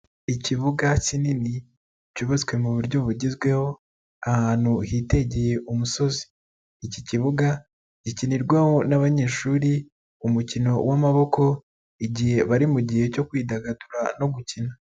Ikibuga kinini cyubatswe mu buryo bugezweho ahantu hitegeye umusozi, iki kibuga gikinirwaho n'abanyeshuri umukino w'amaboko, igihe bari mu gihe cyo kwidagadura no gukina.